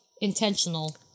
intentional